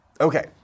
Okay